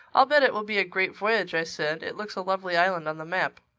i'll bet it will be a great voyage, i said. it looks a lovely island on the map.